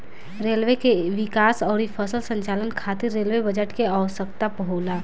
railway के विकास अउरी सफल संचालन खातिर रेलवे बजट के आवसकता होला